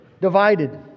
divided